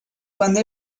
cuando